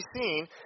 seen